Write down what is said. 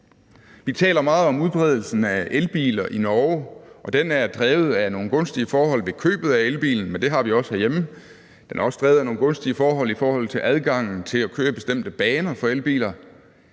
Vi taler meget om udbredelsen af elbiler i Norge, og den er drevet af nogle gunstige forhold ved køb af elbilen, men det har vi også herhjemme, for den er også drevet af nogle gunstige forhold i forhold til adgangen til at køre i bestemte baner for elbiler,